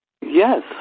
Yes